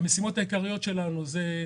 המשימות העיקריות שלנו זה,